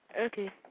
Okay